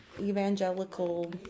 evangelical